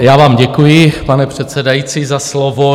Já vám děkuji, pane předsedající, za slovo.